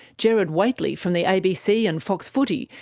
gerard whateley, from the abc and fox footy,